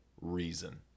reason